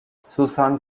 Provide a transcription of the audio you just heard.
susan